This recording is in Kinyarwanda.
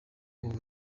ubu